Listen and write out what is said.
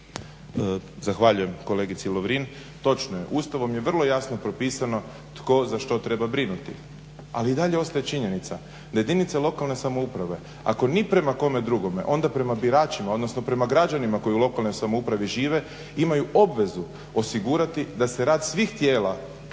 Zahvaljujem kolegici Lovrin. Točno je, Ustavom je vrlo jasno propisano tko za što treba brinuti ali i dalje ostaje činjenica da jedinice lokalne samouprave ako ni prema kome drugome onda prema biračima odnosno prema građanima koji u lokalnoj samoupravi žive imaju obvezu osigurati da se rad svih tijela